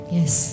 yes